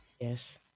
Yes